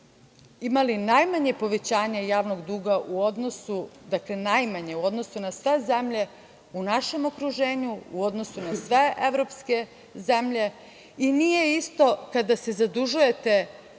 imali najmanje povećanje javnog duga u odnosu na sve zemlje u našem okruženju, u odnosu na sve evropske zemlje i nije isto kada se zadužujete